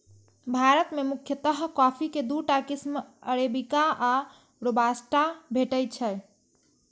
भारत मे मुख्यतः कॉफी के दूटा किस्म अरेबिका आ रोबास्टा भेटै छै